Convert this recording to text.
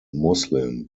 muslim